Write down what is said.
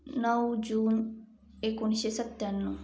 नऊ जून एकोणिसशे सत्त्याण्णव